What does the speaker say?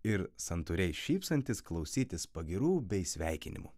ir santūriai šypsantis klausytis pagyrų bei sveikinimų